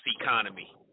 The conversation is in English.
economy